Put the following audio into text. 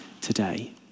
today